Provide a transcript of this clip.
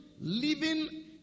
Living